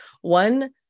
one